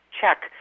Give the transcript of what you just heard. check